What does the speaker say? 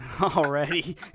already